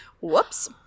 Whoops